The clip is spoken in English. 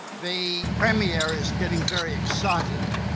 the premier is getting very excited,